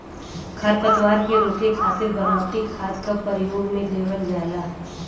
खरपतवार के रोके खातिर बनावटी खाद क परयोग में लेवल जाला